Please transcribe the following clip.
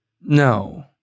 No